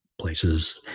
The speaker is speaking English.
places